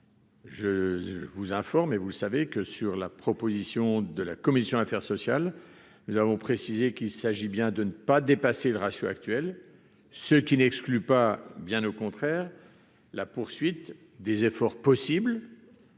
Je vous informe et vous le savez que sur la proposition de la commission affaires sociales nous avons précisé qu'il s'agit bien de ne pas dépasser le ratio actuel, ce qui n'exclut pas, bien au contraire, la poursuite des efforts possibles.